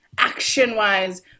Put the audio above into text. Action-wise